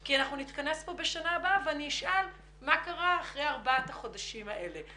כי אנחנו נתכנס כאן בשנה הבאה ואני אשאל מה קרה אחרי ארבעת החודשים האלה.